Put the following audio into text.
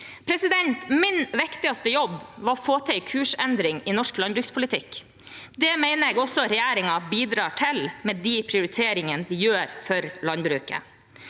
sårbart. Min viktigste jobb var å få til en kursendring i norsk landbrukspolitikk. Det mener jeg regjeringen bidrar til med de prioriteringene vi gjør for landbruket.